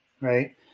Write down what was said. right